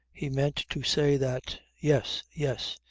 he meant to say that yes. yes.